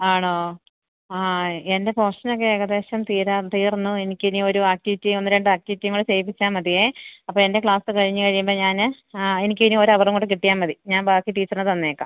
ആണോ ആ എന്റെ പോഷനൊക്കെ ഏകദേശം തീരാന് തീര്ന്നു എനിക്കിനി ഒരു ആക്ടിവിറ്റി ഒന്ന് രണ്ടാക്റ്റിവിറ്റിയും കൂടെ ചെയ്യിപ്പിച്ചാല് മതി അപ്പോള് എന്റെ ക്ലാസ്സ് കഴിഞ്ഞ് കഴിയുമ്പോള് ഞാന് ആ എനിക്കിനി ഒരു അവറും കൂടെ കിട്ടിയാല് മതി ഞാന് ബാക്കി ടീച്ചറിന് തന്നേക്കാം